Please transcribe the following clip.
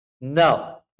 No